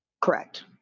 Correct